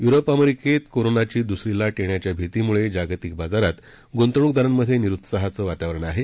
Europe अमेरिकेत कोरोनाची दु्सरी लाट य़ेण्याच्या भीतीमुळे जागतिक बाजारात गुंतवणूकदारांमधे निरुत्साहाचं वातावरण आहे